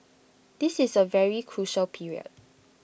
this is A very crucial period